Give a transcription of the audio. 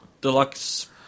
deluxe